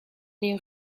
les